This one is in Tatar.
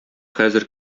хәзер